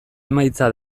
emaitza